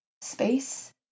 space